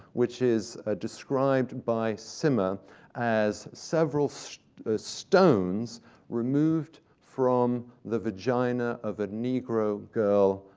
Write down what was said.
which is ah described by swymmer as several stones removed from the vagina of a negro girl,